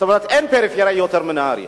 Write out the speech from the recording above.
אין פריפריה יותר מנהרייה,